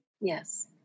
yes